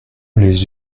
les